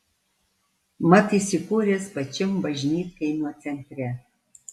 mat įsikūręs pačiam bažnytkaimio centre